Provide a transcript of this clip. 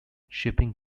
shipping